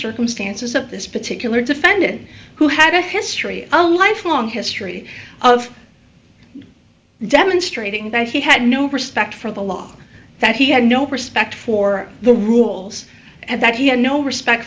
circumstances of this particular defendant who had a history a lifelong history of demonstrating that he had no respect for the law that he had no respect for the rules and that he had no respect